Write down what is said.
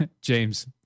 James